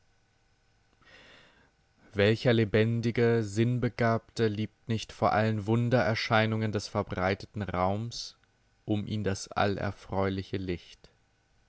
welcher lebendige sinnbegabte liebt nicht vor allen wundererscheinungen des verbreiteten raums um ihn das allerfreuliche licht